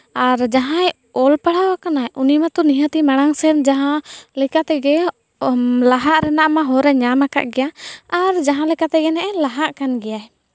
ᱟᱨ ᱡᱟᱦᱟᱸᱭ ᱚᱞ ᱯᱟᱲᱦᱟᱣ ᱟᱠᱟᱱᱟᱭ ᱩᱱᱤ ᱢᱟᱛᱚ ᱱᱤᱦᱟᱹᱛᱮ ᱢᱟᱲᱟᱝ ᱥᱮᱱ ᱡᱟᱦᱟᱸ ᱞᱮᱠᱟ ᱛᱮᱜᱮ ᱞᱟᱦᱟᱜ ᱨᱮᱱᱟᱜ ᱢᱟ ᱦᱚᱨᱮ ᱧᱟᱢᱟᱠᱟᱫ ᱜᱮᱭᱟ ᱟᱨ ᱡᱟᱦᱟᱸ ᱞᱮᱠᱟᱛᱮᱜᱮ ᱱᱟᱦᱟᱜᱼᱮ ᱞᱟᱦᱟᱜ ᱠᱟᱱ ᱜᱮᱭᱟᱭ